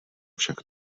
však